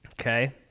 Okay